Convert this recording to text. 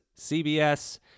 CBS